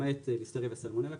למעט ליסטריה וסלמונלה כמובן,